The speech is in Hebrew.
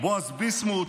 בועז ביסמוט,